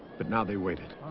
but now they waited